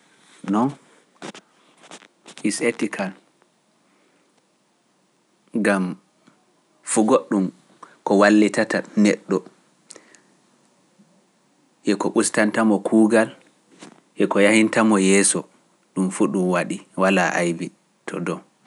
Noon his etikal gam fu goɗɗum ko wallitata neɗɗo e ko ustantamo kuugal e ko yahintamo yeeso ɗum fu ɗum waɗi walaa aybi to dow